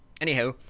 Anyhow